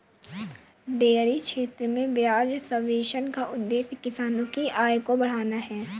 dairy क्षेत्र में ब्याज सब्वेंशन का उद्देश्य किसानों की आय को बढ़ाना है